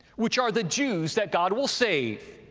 which are the jews that god will save,